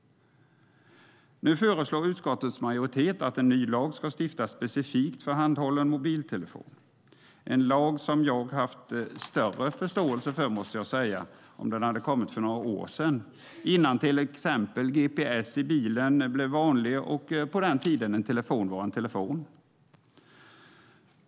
Nu föreslår utskottets majoritet att en ny lag ska stiftas specifikt för handhållen mobiltelefon. Det är en lag som jag hade haft större förståelse för om den hade kommit för några år sedan innan till exempel gps i bilen blev vanlig och på den tiden då en telefon var en telefon.